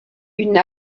une